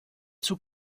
zur